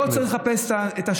אני לא רוצה לחפש את השחיתות,